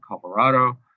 colorado